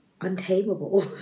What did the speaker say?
untamable